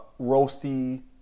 roasty